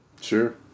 Sure